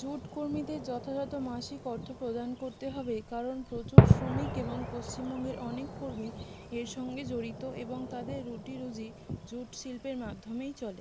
jute কর্মীদের যথাযথ মাসিক অর্থ প্রদান করতে হবে কারণ প্রচুর শ্রমিক এবং পশ্চিমবঙ্গের অনেক কর্মী এর সঙ্গে জড়িত এবং তাদের রুটিরুজি জুট শিল্পের মাধ্যমেই চলে